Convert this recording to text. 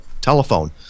telephone